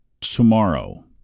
tomorrow